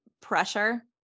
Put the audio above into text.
pressure